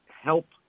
help